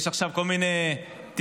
יש עכשיו כל מיני תדרוכים